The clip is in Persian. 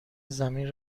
زمین